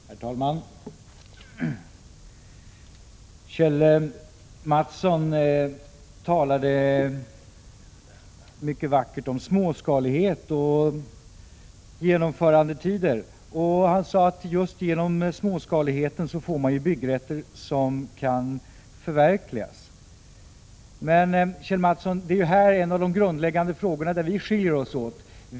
Herr talman! Kjell Mattsson talade mycket vackert om småskalighet och genomförandetider. Han sade att man just genom småskaligheten får bygganderätter som kan förverkligas. Men här har vi ju en av de grundläggande frågor där vi skiljer oss åt.